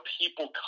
people